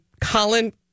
colin